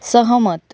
सहमत